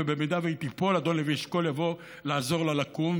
ושאם היא תיפול אדון לוי אשכול יבוא לעזור לה לקום,